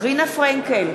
רינה פרנקל,